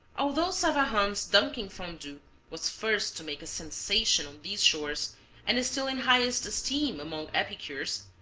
although savarin's dunking fondue was first to make a sensation on these shores and is still in highest esteem among epicures,